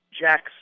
Jack's